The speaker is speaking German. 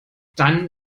dann